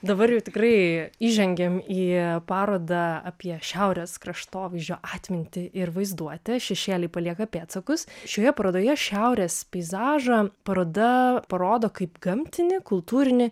dabar jau tikrai įžengėm į parodą apie šiaurės kraštovaizdžio atmintį ir vaizduotę šešėliai palieka pėdsakus šioje parodoje šiaurės peizažą paroda parodo kaip gamtinį kultūrinį